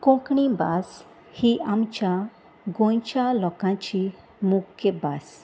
कोंकणी भास ही आमच्या गोंयच्या लोकांची मुख्य भास